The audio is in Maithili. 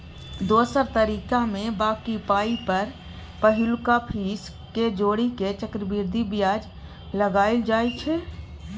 दोसर तरीकामे बॉकी पाइ पर पहिलुका फीस केँ जोड़ि केँ चक्रबृद्धि बियाज लगाएल जाइ छै